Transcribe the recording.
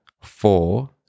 four